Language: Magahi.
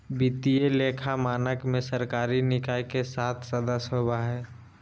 वित्तीय लेखा मानक में सरकारी निकाय के सात सदस्य होबा हइ